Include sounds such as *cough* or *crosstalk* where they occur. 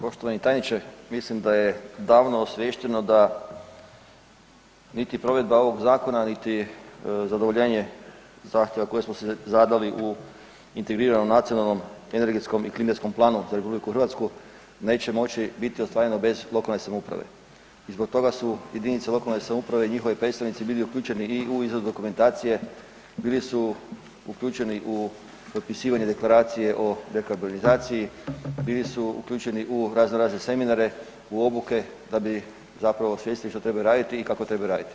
Poštovani tajniče, mislim da je davno osviješteno da niti provedba ovog zakona niti zadovoljenje zahtjeva koje smo si zadali u integriranom nacionalnom energetskom i ... *unintelligible* za RH neće moći biti ostvareno bez lokalne samouprave i zbog toga su jedinice lokalne samouprave i njihovi predstavnici bili uključeni i u izradu dokumentacije, bili su uključeni u potpisivanje deklaracije o, ... *unintelligible* bili su uključeni u razno razne seminare, u obuke, da bi zapravo svjesni što trebaju raditi i kako trebaju raditi.